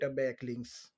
backlinks